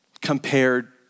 compared